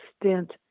extent